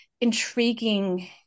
intriguing